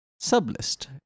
sublist